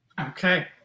Okay